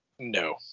No